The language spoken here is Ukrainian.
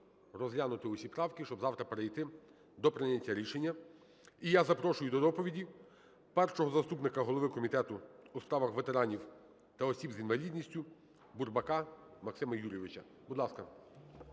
розглянути усі правки, щоб завтра перейти до прийняття рішення. І я запрошую до доповіді першого заступника голови Комітету у справах ветеранів та осіб з інвалідністю Бурбака Максима Юрійовича. Будь ласка.